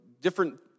different